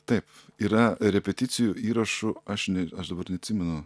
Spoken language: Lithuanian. taip yra repeticijų įrašų aš ne aš dabar neatsimenu